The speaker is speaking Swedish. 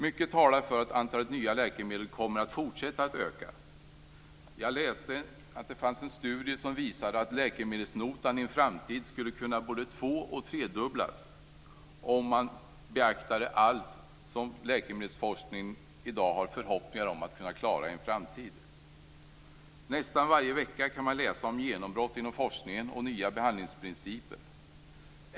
Mycket talar för att antalet nya läkemedel kommer att fortsätta att öka. Jag har läst att en studie visar att läkemedelsnotan kan två och tredubblas i framtiden om allt beaktas som läkemedelsforskningen i dag har förhoppningar att klara i en framtid. Nästan varje vecka kan man läsa om genombrott inom forskningen och nya behandlingsprinciper.